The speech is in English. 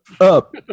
up